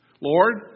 Lord